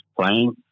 playing